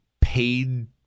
paid